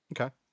Okay